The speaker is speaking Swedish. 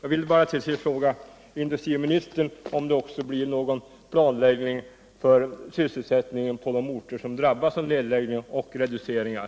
Till sist vill jag bara fråga industriministern, om det också blir någon planläggning för sysselsättningen på de orter som drabbas av nedläggningar och reduceringar.